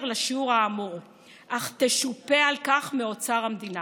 לשיעור האמור אך תשופה על כך מאוצר המדינה,